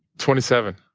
twenty seven.